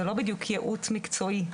זה לא בדיוק ייעוץ מקצועי.